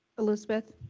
elizabeth.